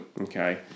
okay